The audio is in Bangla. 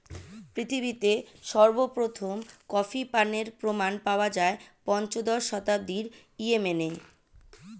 পৃথিবীতে সর্বপ্রথম কফি পানের প্রমাণ পাওয়া যায় পঞ্চদশ শতাব্দীর ইয়েমেনে